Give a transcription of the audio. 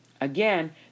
Again